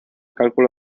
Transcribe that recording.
cálculo